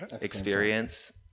experience